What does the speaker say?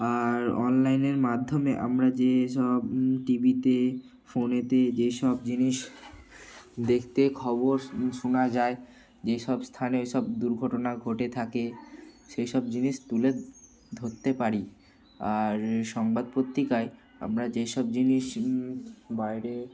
আর অনলাইনের মাধ্যমে আমরা যেসব টি ভিতে ফোনেতে যেসব জিনিস দেখতে খবর শোনা যায় যেসব স্থানে ওইসব দুর্ঘটনা ঘটে থাকে সেই সব জিনিস তুলে ধরতে পারি আর সংবাদ পত্রিকায় আমরা যেই সব জিনিস বাইরের